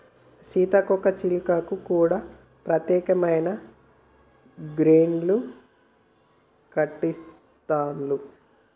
సీతాకోక చిలుకలకు కూడా ప్రత్యేకమైన గార్డెన్లు కట్టిస్తాండ్లు